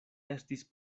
estis